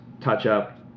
touch-up